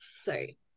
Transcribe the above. sorry